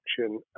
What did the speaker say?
action